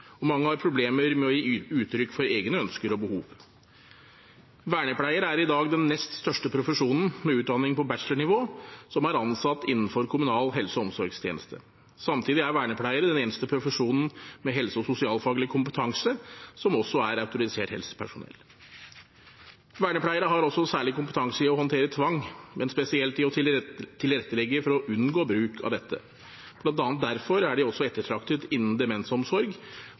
og mange har problemer med å gi uttrykk for egne ønsker og behov. Vernepleiere er i dag den nest største profesjonen med utdanning på bachelornivå som er ansatt innenfor kommunal helse- og omsorgstjeneste. Samtidig er vernepleiere den eneste profesjonen med helse- og sosialfaglig kompetanse som også er autorisert helsepersonell. Vernepleierne har også særlig kompetanse i å håndtere tvang, men spesielt i å tilrettelegge for å unngå bruk av dette. Blant annet derfor er de også ettertraktet innen demensomsorg,